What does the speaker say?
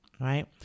right